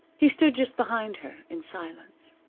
he stood just behind her, in silence.